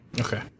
Okay